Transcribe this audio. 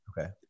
Okay